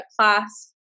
class